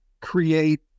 create